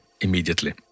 immediately